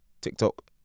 TikTok